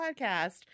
podcast